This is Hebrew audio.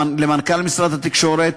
למנכ"ל משרד התקשורת,